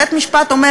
בית-משפט שאומר,